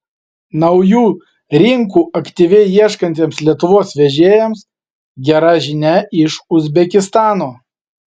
naujų rinkų aktyviai ieškantiems lietuvos vežėjams gera žinia iš uzbekistano